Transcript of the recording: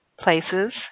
places